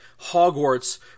Hogwarts